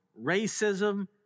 Racism